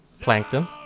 plankton